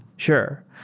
sure.